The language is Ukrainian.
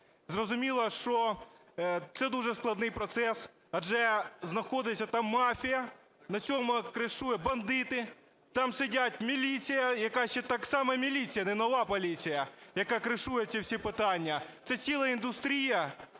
Зрозуміло, що це дуже складний процес, адже знаходиться там мафія, на цьому "кришують" бандити, там сидять міліція, яка ще та сама міліція, не нова поліція, яка "кришує" ці всі питання. Це ціла індустрія,